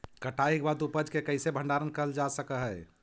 कटाई के बाद उपज के कईसे भंडारण करल जा सक हई?